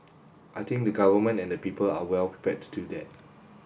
I think the Government and the people are well prepared to do that